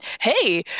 Hey